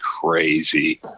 crazy